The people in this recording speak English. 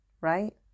right